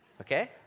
Okay